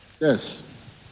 Yes